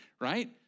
right